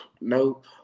Nope